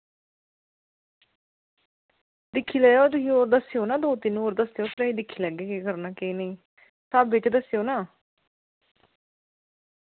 दिक्खी लैएओ तुसी होर दस्सेओ ना दो तिन होर दस्सेओ फिर असी दिक्खी लैगे केह् करना केह् नेईं स्हाबै च दस्सेआ ना